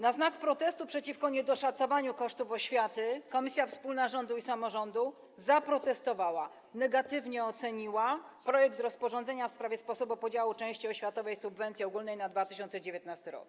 Na znak protestu przeciwko niedoszacowaniu kosztów oświaty Komisja Wspólna Rządu i Samorządu Terytorialnego zaprotestowała, negatywnie oceniła projekt rozporządzenia w sprawie sposobu podziału części oświatowej subwencji ogólnej na 2019 r.